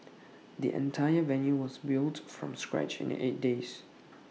the entire venue was built from scratch in eight days